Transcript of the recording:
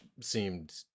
seemed